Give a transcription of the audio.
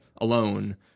alone